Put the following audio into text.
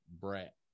brat